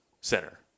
center